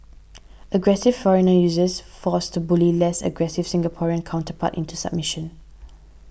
aggressive foreigner uses force to bully less aggressive Singaporean counterpart into submission